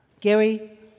Gary